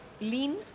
lean